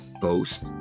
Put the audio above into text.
boast